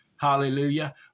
Hallelujah